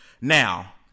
Now